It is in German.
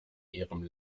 ihrem